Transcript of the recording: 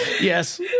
Yes